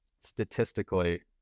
statistically